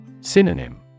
Synonym